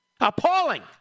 appalling